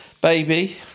baby